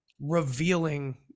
revealing